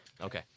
okay